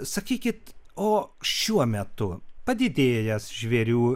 sakykit o šiuo metu padidėjęs žvėrių